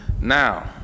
Now